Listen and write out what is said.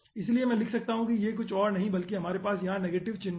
इसलिए मैं लिख सकता हूं कि यह और कुछ नहीं है बल्कि और हमारे पास यहां नेगेटिव चिन्ह है